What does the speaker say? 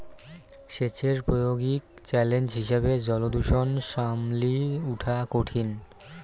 সেচের প্রায়োগিক চ্যালেঞ্জ হিসেবে জলদূষণ সামলি উঠা কঠিন